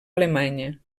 alemanya